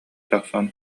тахсан